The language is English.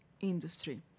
industry